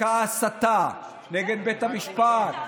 נפסקה ההסתה נגד בית המשפט,